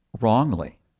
wrongly